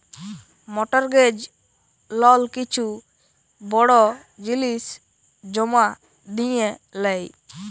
mortgage লল কিছু বড় জিলিস জমা দিঁয়ে লেই